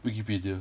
Wikipedia